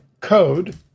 code